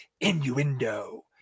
innuendo